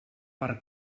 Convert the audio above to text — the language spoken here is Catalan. per